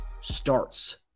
starts